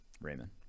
Raymond